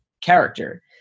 character